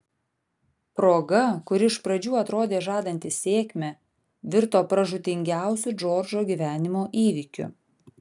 proga kuri iš pradžių atrodė žadanti sėkmę virto pražūtingiausiu džordžo gyvenimo įvykiu